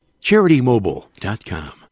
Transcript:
CharityMobile.com